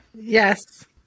yes